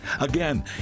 Again